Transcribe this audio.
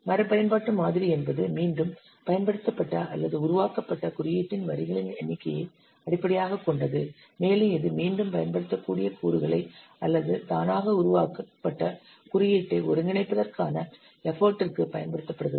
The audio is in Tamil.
மறுபயன்பாட்டு மாதிரி என்பது மீண்டும் பயன்படுத்தப்பட்ட அல்லது உருவாக்கப்பட்ட குறியீட்டின் வரிகளின் எண்ணிக்கையை அடிப்படையாகக் கொண்டது மேலும் இது மீண்டும் பயன்படுத்தக்கூடிய கூறுகளை அல்லது தானாக உருவாக்கப்பட்ட குறியீட்டை ஒருங்கிணைப்பதற்கான எஃபர்ட் க்கு பயன்படுத்தப்படுகிறது